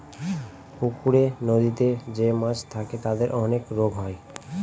পুকুরে, নদীতে যে মাছ থাকে তাদের অনেক রোগ হয়